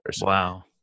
Wow